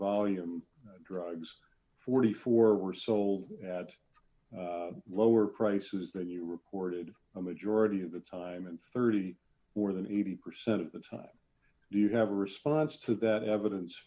volume drugs forty four were sold at lower prices than you reported a majority of the time in thirty more than eighty percent of the time do you have a response to that evidence